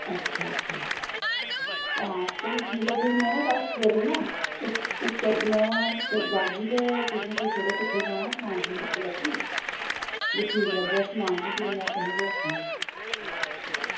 अच्छा चलो ठीक ऐ में कल्ल सबेरै ना में जाह्गी ना तुस सनायो कित्थें जाना ते समान दिक्खी लैगी जे ठीक लग्गेआ समान ते में तुसेंगी दस्सगी